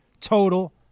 total